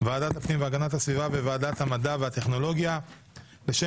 ועדת הפנים והגנת הסביבה וועדת המדע והטכנולוגיה לשם